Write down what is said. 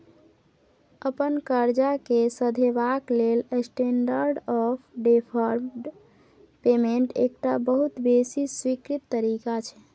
अपन करजा केँ सधेबाक लेल स्टेंडर्ड आँफ डेफर्ड पेमेंट एकटा बहुत बेसी स्वीकृत तरीका छै